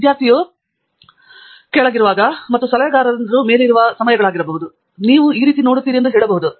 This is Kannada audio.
ವಿದ್ಯಾರ್ಥಿಯು ಕೆಳಗಿರುವಾಗ ಮತ್ತು ಸಲಹೆಗಾರನು ಹೆಜ್ಜೆ ಇದ್ದಾಗ ಸಮಯಗಳಾಗಿರಬಹುದು ಮತ್ತು ನೀವು ಈ ರೀತಿ ನೋಡುತ್ತೀರಿ ಎಂದು ಹೇಳಬಹುದು